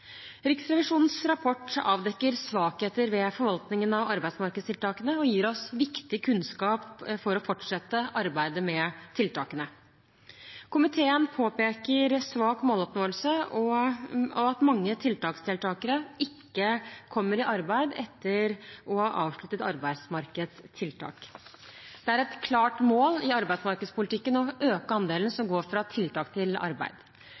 Riksrevisjonens rapport avdekker svakheter ved forvaltningen av arbeidsmarkedstiltakene og gir oss viktig kunnskap for å fortsette arbeidet med tiltakene. Komiteen påpeker svak måloppnåelse og at mange tiltaksdeltakere ikke kommer i arbeid etter å ha avsluttet et arbeidsmarkedstiltak. Det er et klart mål i arbeidsmarkedspolitikken å øke andelen som går fra tiltak til arbeid.